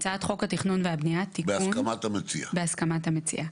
בהסכמת המציע.